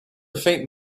faint